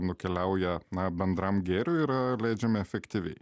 nukeliauja na bendram gėriui ir leidžiami efektyviai